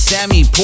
Sammy